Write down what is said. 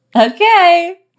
Okay